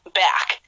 back